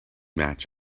match